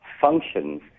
functions